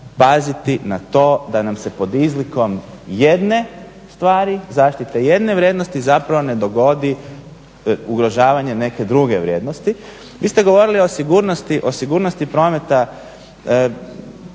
paziti na to da nam se pod izlikom jedne stvari, zaštite jedne vrijednosti zapravo ne dogodi ugrožavanje neke druge vrijednosti. Vi ste govorili o sigurnosti prometa,